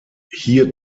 hier